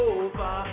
over